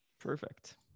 Perfect